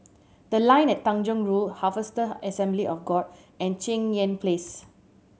The Line at Tanjong Rhu Harvester Assembly of God and Cheng Yan Place